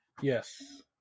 Yes